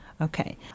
Okay